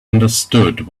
understood